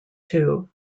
two